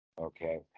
Okay